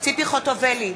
ציפי חוטובלי,